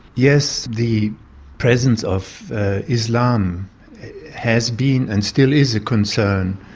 yes, the presence of islam has been and still is a concern.